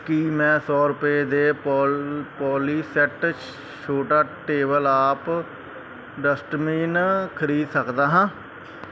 ਕੀ ਮੈਂ ਸੌ ਰੁਪਏ ਦੇ ਪੋਲ ਪੋਲੀਸੈੱਟ ਛ ਛੋਟਾ ਟੇਬਲ ਆਪ ਡਸਟਬਿਨ ਖਰੀਦ ਸਕਦਾ ਹਾਂ